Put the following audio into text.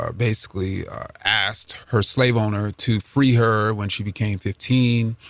ah basically asked her slave owner to free her when she became fifteen.